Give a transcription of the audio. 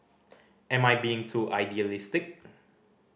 am I being too idealistic